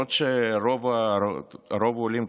למרות שרוב העולים,